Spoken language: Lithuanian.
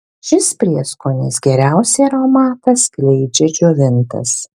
šis prieskonis geriausiai aromatą skleidžia džiovintas